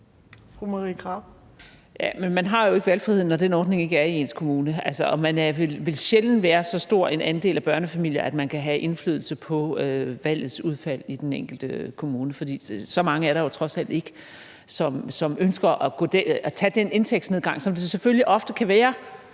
man har jo ikke valgfriheden, når den ordning ikke er i ens kommune, og man vil sjældent være så stor en andel af børnefamilier, at man kan have indflydelse på valgets udfald i den enkelte kommune. For så mange er der jo trods alt ikke, som ønsker at tage den indtægtsnedgang, som det selvfølgelig ofte kan være